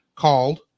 called